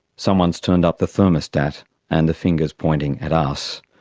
someone's turned up the thermostat and the finger's pointing at us.